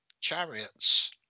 chariots